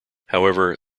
however